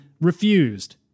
refused